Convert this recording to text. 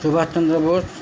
Subhash Chandra Bose